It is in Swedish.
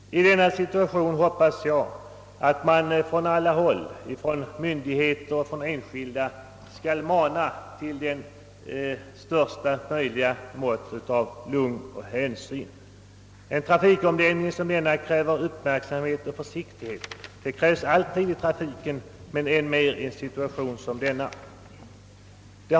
I denna situation hoppas jag att man från alla håll, från myndigheter och enskilda, skall mana till största möjliga mått av lugn och hänsyn. Det är här fråga om en trafikomläggning som kräver en synnerligen stor uppmärksamhet och försiktighet — det krävs ju alltid i trafiken, men det krävs i ännu högre grad i en situation som denna.